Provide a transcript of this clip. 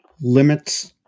limits